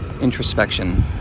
introspection